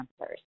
answers